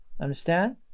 Understand